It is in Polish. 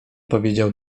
powiedział